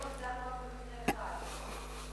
עד היום דנו רק במקרה אחד.